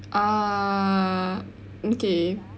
ah okay